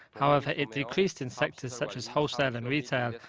however, it decreased in sectors such as wholesale and retail,